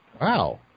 Wow